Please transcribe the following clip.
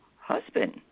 husband